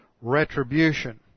retribution